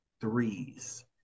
threes